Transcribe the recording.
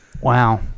Wow